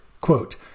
quote